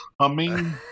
humming